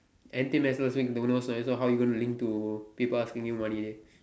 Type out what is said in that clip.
anything next don't know then how you gonna link to people asking you money dey